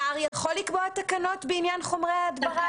שר יכול לקבוע תקנות בעניין חומרי הדברה?